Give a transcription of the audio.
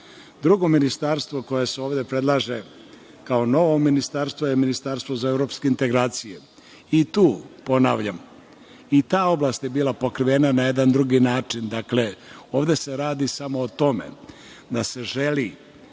ministarstvo koje se ovde predlaže kao novo ministarstvo je ministarstvo za evropske integracije. Ponavljam, ta oblast je bila pokrivena na jedan drugi način. Dakle, ovde se radi samo o tome da se želi